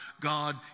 God